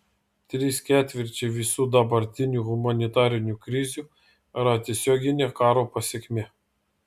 trys ketvirčiai visų dabartinių humanitarinių krizių yra tiesioginė karo pasekmė